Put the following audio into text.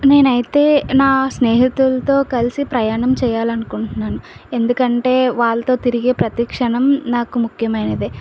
నేనైతే నా స్నేహితులతో కలిసి ప్రయాణం చేయాలనుకుంటున్నాను ఎందుకంటే వాళ్ళతో తిరిగే ప్రతిక్షణం నాకు ముఖ్యమైనది